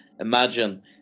imagine